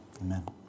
Amen